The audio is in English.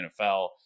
nfl